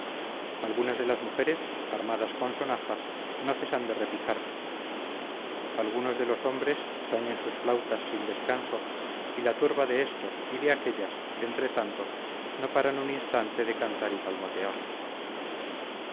algunas de las mujeres armadas con sonajas no cesan de repicarlas algunos de los hombros tañen sus flautas sin descanso y la turba de estos y de aquellas entretanto no paran un instante de cantar y palmotear